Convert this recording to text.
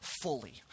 fully